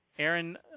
Aaron